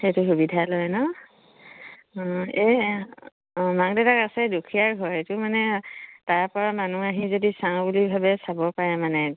সেইটো সুবিধা লয় ন অঁ এই অঁ মাক দেউতাক আছে দুখীয়াৰ ঘৰ সেইটো মানে তাৰপৰা মানুহ আহি যদি চাওঁ বুলি ভাবে চাব পাৰে মানে